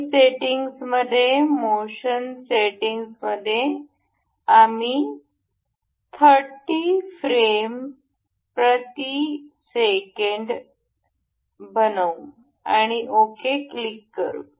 आणि सेटिंग्ज मध्ये motion settings मध्ये आम्ही 30 फ्रेम प्रति सेकंद बनवू आणि ओके क्लिक करू